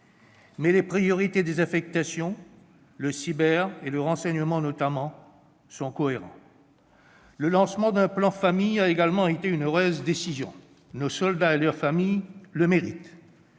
mais les priorités des affectations, la cyberdéfense et le renseignement notamment, sont cohérentes. Le lancement d'un plan Famille a également été une heureuse décision. Nos soldats et leurs familles méritent